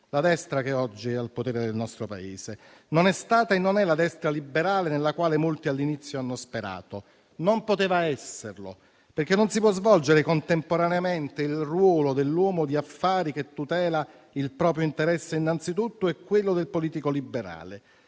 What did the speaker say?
La destra che oggi è al potere del nostro Paese non è stata e non è la destra liberale nella quale molti all'inizio hanno sperato; non poteva esserlo perché non si può svolgere contemporaneamente il ruolo dell'uomo di affari che tutela il proprio interesse innanzitutto e quello del politico liberale.